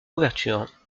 couverture